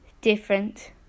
different